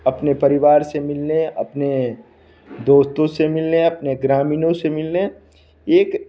अपने परिवार से मिलने अपने दोस्तों से मिलने अपने ग्रामीणों से मिलने एक